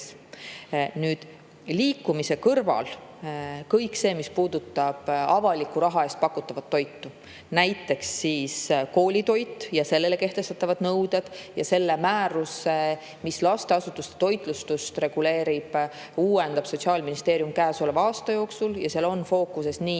liikumise kõrval kõik see, mis puudutab avaliku raha eest pakutavat toitu, näiteks koolitoitu ja sellele kehtestatavaid nõudeid – selle määruse, mis lasteasutuste toitlustust reguleerib, uuendab Sotsiaalministeerium käesoleva aasta jooksul. Seal on fookuses nii